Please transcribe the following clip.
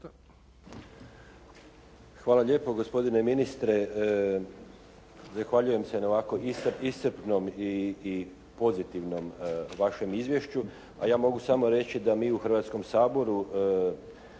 Hvala lijepo gospodine ministre. Zahvaljujem se na ovako iscrpnom i pozitivnom Vašem izvješću, a ja mogu samo reći da mi u Hrvatskom saboru